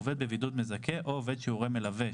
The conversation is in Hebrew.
עובד בבידוד מזכה או עובד שהוא הורה מלווה,